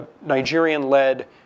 Nigerian-led